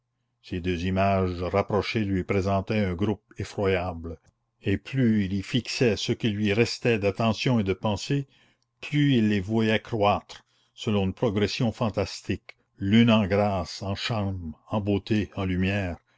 ces deux images rapprochées lui présentaient un groupe effroyable et plus il y fixait ce qui lui restait d'attention et de pensée plus il les voyait croître selon une progression fantastique l'une en grâce en charme en beauté en lumière